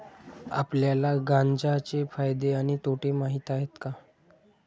आपल्याला गांजा चे फायदे आणि तोटे माहित आहेत का?